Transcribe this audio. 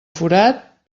forat